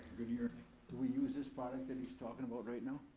do we use this product that he's talking about right now?